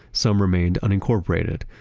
some remained unincorporated.